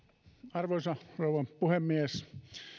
arvoisa rouva puhemies